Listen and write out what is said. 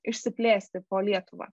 išsiplėsti po lietuvą